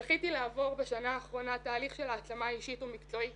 זכיתי לעבור בשנה האחרונה תהליך של העצמה אישית ומקצועית